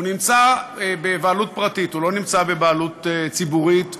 הוא בבעלות פרטית, הוא לא בבעלות ציבורית.